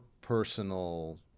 personal